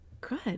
good